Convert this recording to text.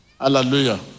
Hallelujah